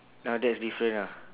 ah that's different ah